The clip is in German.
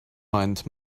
meint